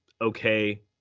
okay